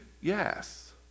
yes